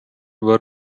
where